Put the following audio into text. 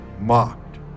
mocked